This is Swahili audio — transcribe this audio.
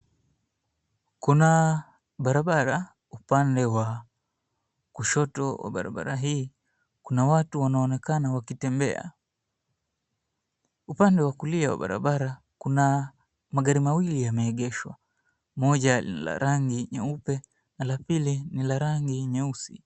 Kuna barabara, upande wa kushoto wa barabara hii kuna watu wanaonekana wakitembea. Upande wa kulia wa barabara kuna magari mawili yameegeshwa, moja ni la rangi nyeupe na la pili ni la rangi nyeusi.